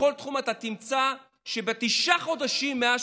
בכל תחום אתה תמצא שבתשעת החודשים מאז